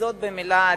וזאת במלה עדינה.